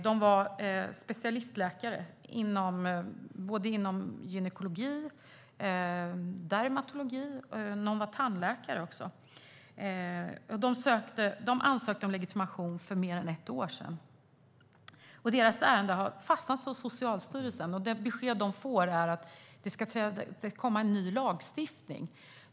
De är specialistläkare inom bland annat gynekologi och dermatologi. Någon är tandläkare. De ansökte om legitimation för mer än ett år sedan. Deras ärenden har fastnat hos Socialstyrelsen. Det besked de har fått är att det ska komma en ny lagstiftning.